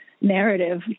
narrative